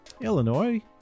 Illinois